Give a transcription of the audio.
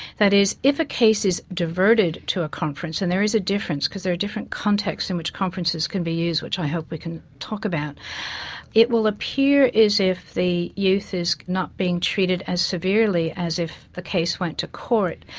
that is, if a case is diverted to a conference and there is a difference, because there are different contexts in which conferences can be used, which i hope we can talk about it will appear as if the youth is not being treated as severely as if the case went to court,